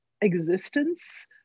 existence